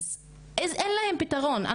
אז אין להם פתרון.